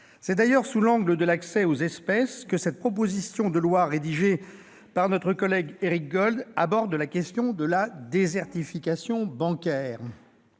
C'est, d'ailleurs, sous l'angle de l'accès aux espèces que cette proposition de loi rédigée par notre collègue Éric Gold aborde la question de la désertification bancaire.